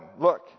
Look